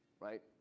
Right